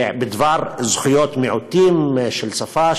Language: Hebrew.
בדבר זכויות מיעוטים של שפה,